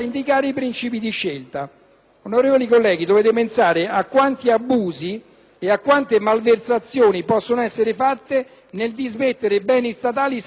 onorevoli colleghi, a quanti abusi e a quante malversazioni possono essere fatte nel dismettere beni statali senza un controllo puntuale!